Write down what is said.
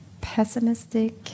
pessimistic